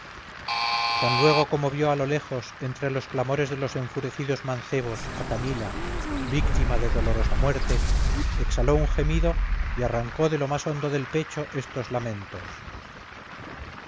tan luego como vio a lo lejos entre los clamores de los enfurecidos mancebos a camila víctima de dolorosa muerte exhaló un gemido y arrancó de lo más hondo del pecho estos lamentos